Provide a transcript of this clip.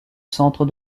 centre